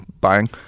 buying